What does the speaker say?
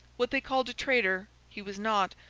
what they called a traitor, he was not,